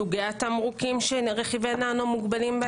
סוגי התמרוקים שרכיבי ננו מוגבלים בהם.